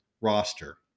roster